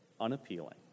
unappealing